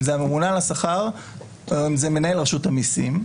אם זה הממונה על השכר או אם זה מנהל רשות המיסים,